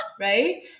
right